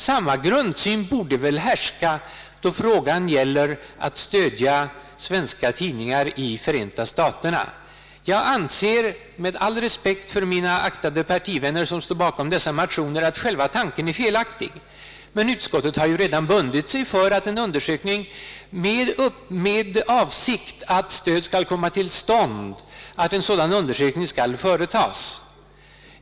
Samma grundsyn borde väl härska då frågan gäller att stödja svenska tidningar i Förenta staterna. Jag anser, med all respekt för mina aktade partivänner som står bakom dessa motioner, att själva tanken är felaktig. Utskottet har redan bundit sig för att en undersökning skall företas med avsikt att stödet skall komma till stånd.